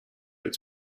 its